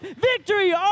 victory